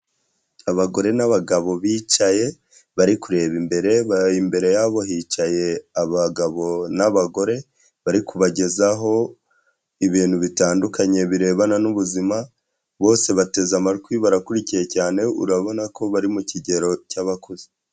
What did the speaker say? Abagore n'abagabo bicaye bari kureba imbere, imbere yabo hicaye abagabo n'abagore bari kubagezaho ibintu bitandukanye birebana n'ubuzima, bose bateze amatwi barakurikiye cyane urabona ko bari mu kigero cy'abakuze.